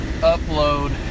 upload